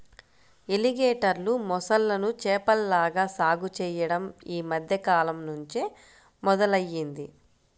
ఎలిగేటర్లు, మొసళ్ళను చేపల్లాగా సాగు చెయ్యడం యీ మద్దె కాలంనుంచే మొదలయ్యింది